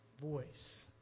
voice